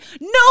No